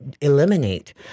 eliminate